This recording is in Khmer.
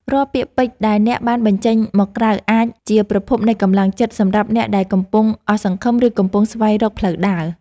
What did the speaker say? រាល់ពាក្យពេចន៍ដែលអ្នកបានបញ្ចេញមកក្រៅអាចជាប្រភពនៃកម្លាំងចិត្តសម្រាប់អ្នកដែលកំពុងអស់សង្ឃឹម ឬកំពុងស្វែងរកផ្លូវដើរ។